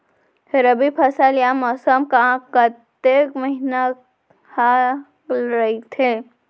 रबि फसल या मौसम हा कतेक महिना हा रहिथे?